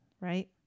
Right